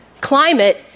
climate